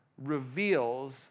reveals